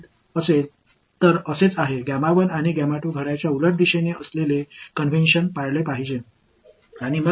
எனவே நான் இதை இந்த மாதிரி எழுதும்போது அது மறைமுகமாக மற்றும் கடிகார எதிர்திசையில் அதே வழக்கத்தை பின்பற்றுகிறது இது